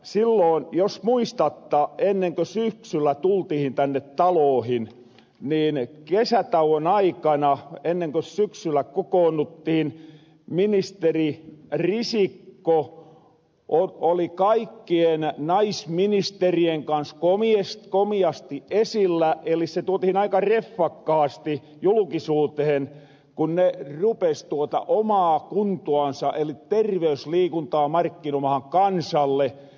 silloon jos muistatta ennekö syksyllä tultihin tänne taloohin niin kesätauon aikana ennekö syksyllä kokoonnuttiin ministeri risikko oli kaikkien naisministerien kans komiasti esillä eli se tuotihin aika rehvakkaasti julkisuutehen kun ne rupes omaa kuntoansa eli terveysliikuntaa markkinoimahan kansalle